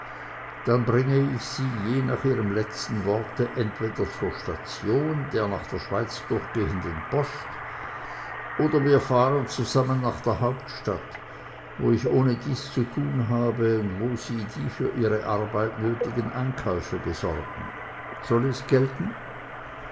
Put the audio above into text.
dann bringe ich sie je nach ihrem letzten worte entweder zur station der nach der schweiz durchgehenden post oder wir fahren zusammen nach der hauptstadt wo ich ohnedies zu tun habe und sie die für ihre arbeit nötigen einkäufe besorgen soll es gelten